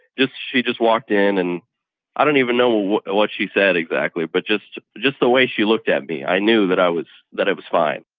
just she just walked in. and i don't even know what she said exactly, but just just the way she looked at me i knew that i was that it was fine.